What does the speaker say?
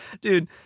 Dude